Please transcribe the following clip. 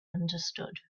understood